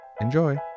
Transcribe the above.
Enjoy